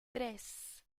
tres